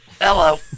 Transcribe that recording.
Hello